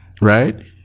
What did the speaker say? right